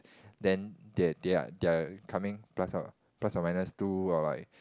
then they they're they're coming plus or plus or minus two or like